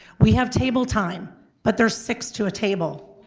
we have table time but there's six to a table.